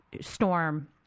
storm